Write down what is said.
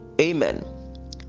Amen